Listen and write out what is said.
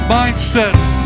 mindsets